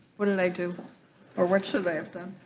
what do they do or what so they have done